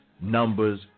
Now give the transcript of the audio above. Numbers